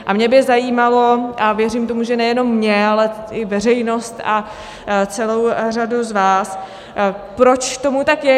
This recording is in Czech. A mě by zajímalo, a věřím tomu, že nejenom mě, ale i veřejnost a celou řadu z vás, proč tomu tak je.